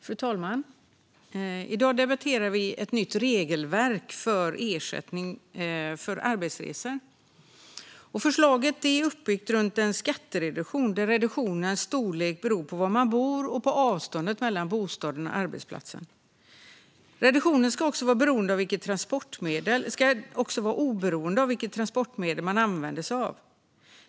Fru talman! I dag debatterar vi ett nytt regelverk för ersättning för arbetsresor. Förslaget är uppbyggt runt en skattereduktion där reduktionens storlek beror på var man bor och på avståndet mellan bostaden och arbetsplatsen. Reduktionen ska också vara oberoende av vilket transportmedel man använder sig av.